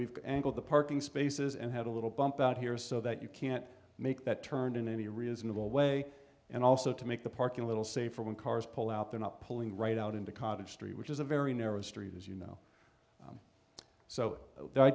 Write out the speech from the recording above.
we've angled the parking spaces and had a little bump out here so that you can't make that turn in any reasonable way and also to make the parking little safer when cars pull out they're not pulling right out into cottage street which is a very narrow street as you know